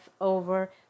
over